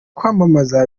kwamamaza